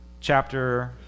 chapter